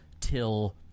till